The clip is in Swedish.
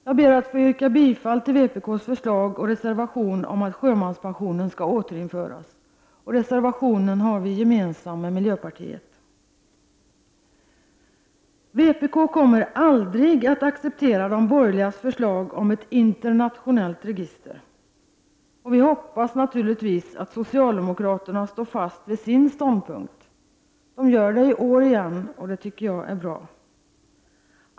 Jag ber att få yrka bifall till vpk:s förslag och reservation om att sjömanspensionen skall återinföras. Reservationen har vi gemensam med miljöpartiet. Vpk kommer aldrig att acceptera de borgerligas förslag om ett internationellt register. Vi hoppas naturligtvis att socialdemokraterna står fast vid sin ståndpunkt. Det gör de i år igen, och det tycker jag är bra.